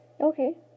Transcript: Okay